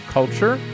culture